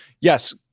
yes—